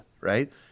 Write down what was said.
right